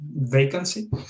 vacancy